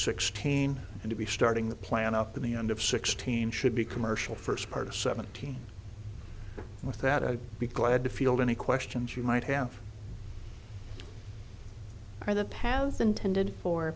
sixteen and to be starting the plan up to the end of sixteen should be commercial first part of seventeen with that i'd be glad to field any questions you might have for the path intended for